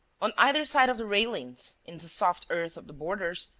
on either side of the railings, in the soft earth of the borders,